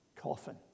coffin